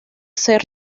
ser